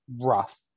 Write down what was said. rough